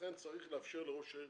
לכן צריך לאפשר לראש העיר